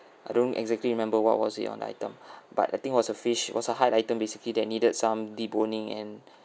I don't exactly remember what was it on item but the thing was a fish it was a hard item basically that needed some the deboning and